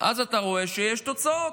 אתה רואה שיש תוצאות.